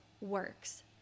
works